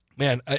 Man